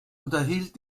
unterhielt